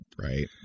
right